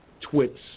twits